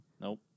Nope